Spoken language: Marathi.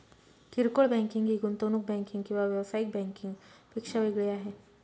किरकोळ बँकिंग ही गुंतवणूक बँकिंग किंवा व्यावसायिक बँकिंग पेक्षा वेगळी आहे